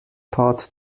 taught